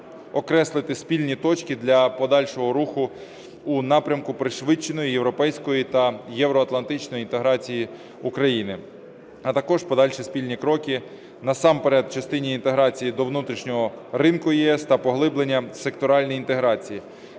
окреслити спільні точки для подальшого руху у напрямку пришвидшеної європейської та євроатлантичної інтеграції України, а також подальші спільні кроки насамперед в частині інтеграції до внутрішнього ринку ЄС та поглиблення секторальної інтеграції.